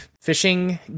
fishing